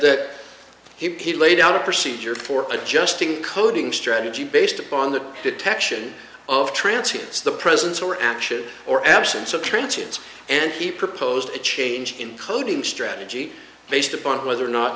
that he laid out a procedure for adjusting coding strategy based upon the detection of transcendence the presence or action or absence of trenton's and he proposed a change in coding strategy based upon whether or not